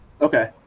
Okay